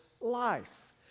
life